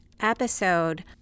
episode